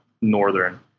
Northern